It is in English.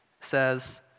says